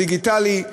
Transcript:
דיגיטלי,